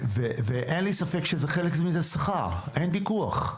ואין לי ספק שחלק מזה זה שכר, אין ויכוח.